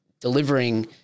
delivering